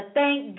thank